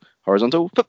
Horizontal